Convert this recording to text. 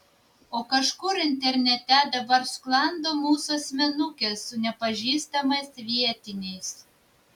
o kažkur internete dabar sklando mūsų asmenukės su nepažįstamais vietiniais